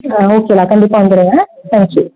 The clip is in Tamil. ஆ ஓகே நான் கண்டிப்பாக வந்துவிடுவன் தேங்க் யூ